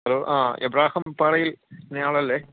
hello ആ Abraham പാറയിൽ എന്നയാളാല്ലേ